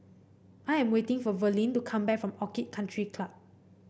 I am waiting for Verlin to come back from Orchid Country Club